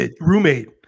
roommate